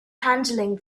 handling